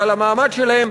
ועל המעמד שלהם,